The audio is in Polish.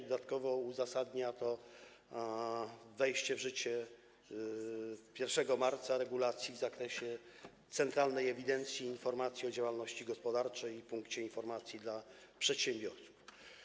Dodatkowo uzasadnia to wejściem w życie 1 marca regulacji w zakresie Centralnej Ewidencji i Informacji o Działalności Gospodarczej i Punkcie Informacji dla Przedsiębiorcy.